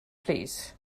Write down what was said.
plîs